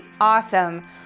awesome